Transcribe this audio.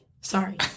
Sorry